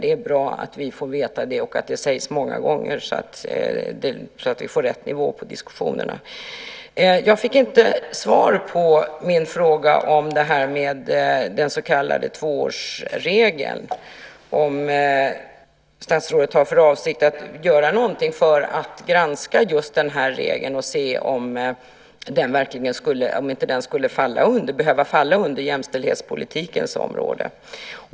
Det är bra att vi får veta det och att det sägs många gånger så att vi får rätt nivå på diskussionerna. Jag fick inte svar på min fråga om det här med den så kallade tvåårsregeln och om statsrådet har för avsikt att göra någonting för att granska just den här regeln och se om den inte skulle behöva falla under jämställdhetspolitikens område.